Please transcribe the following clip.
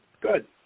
Good